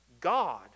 God